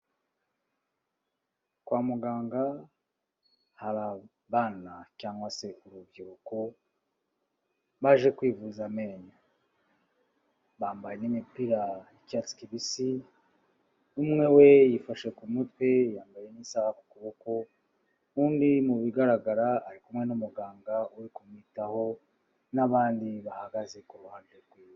Kwa muganga hari abana cyangwa se urubyiruko, baje kwivuza amenyo, bambaye n'imipira y'icyatsi kibisi, umwe we yifashe ku mutwe yambaye n'isaha ku kuboko, undi mu bigaragara ari kumwe n'umuganga uri kumwitaho, n'abandi bahagaze ku ruhande rwe.